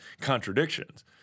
contradictions